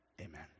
Amen